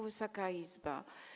Wysoka Izbo!